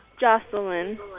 Jocelyn